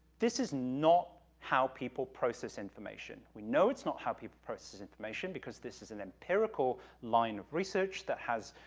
this is not how people process information. we know it's not how people process information, because this is an empirical line of research that has,